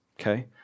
okay